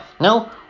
no